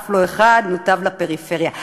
אף לא אחד נותב לפריפריה.